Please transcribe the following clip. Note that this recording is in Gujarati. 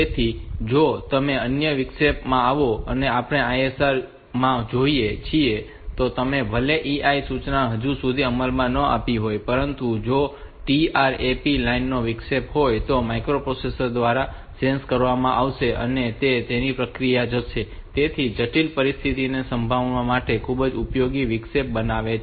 તેથી જો કોઈ અન્ય વિક્ષેપ આવે તો પણ આપણે ISR માં હોઈએ છીએ અને ભલે તે EI સૂચના હજુ સુધી અમલમાં ન આવી હોય પરંતુ જો TRAP લાઇનમાં વિક્ષેપ હોય તો તે માઇક્રોપ્રોસેસર દ્વારા સેન્સ કરવામાં આવશે અને તે તેની પ્રક્રિયામાં જશે તેથી તે જટિલ પરિસ્થિતિને સંભાળવા માટે ખૂબ જ ઉપયોગી વિક્ષેપ બનાવે છે